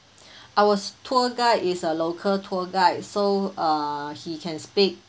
our tour guide is a local tour guide so uh he can speak